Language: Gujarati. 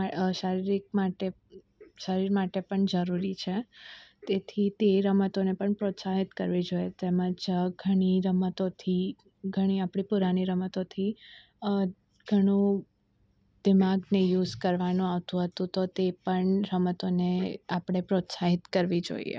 શારીરિક માટે શરીર માટે પણ જરૂરી છે તેથી તે રમતોને પણ પ્રોત્સાહિત કરવી જોઇએ તેમ જ ઘણી રમતોથી ઘણી આપણે પુરાની રમતોથી ઘણો દિમાગને યુઝ કરવાનું આવતું હતું તો તે પણ રમતોને આપણે પ્રોત્સાહિત કરવી જોઇએ